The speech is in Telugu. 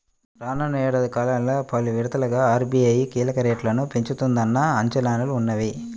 రానున్న ఏడాది కాలంలో పలు విడతలుగా ఆర్.బీ.ఐ కీలక రేట్లను పెంచుతుందన్న అంచనాలు ఉన్నాయి